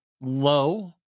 low